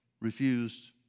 refused